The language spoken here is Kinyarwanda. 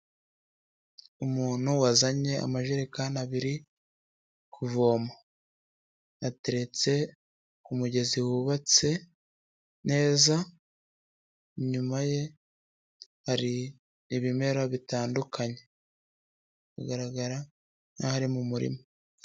Umuntu wazanye amajerekani abiri kuvoma, ateretse ku mugezi wubatse neza, inyuma ye hari ibimera bitandukanye, hagaragara nkaho ari mu murima.